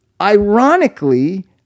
ironically